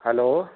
hello